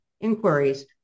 inquiries